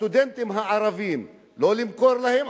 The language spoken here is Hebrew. הסטודנטים הערבים: לא למכור להם,